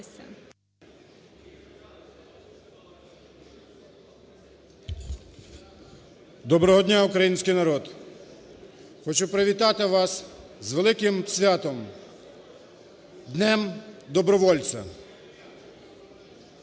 Доброго дня, український народ! Хочу привітати вас з великим святом – Днем добровольця.